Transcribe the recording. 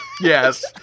Yes